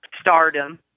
Stardom